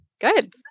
good